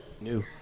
new